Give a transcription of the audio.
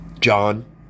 john